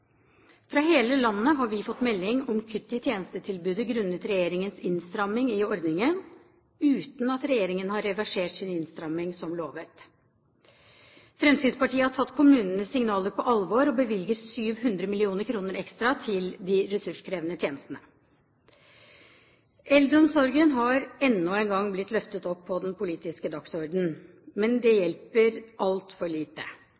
Fra hele landet har vi fått melding om kutt i tjenestetilbudet grunnet regjeringens innstramming i ordningen, uten at regjeringen har reversert sin innstramming som lovet. Fremskrittspartiet har tatt kommunenes signaler på alvor og bevilger 700 mill. kr ekstra til de ressurskrevende tjenestene. Eldreomsorgen har enda en gang blitt løftet opp på den politiske dagsordenen. Men det hjelper altfor lite.